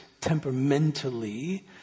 temperamentally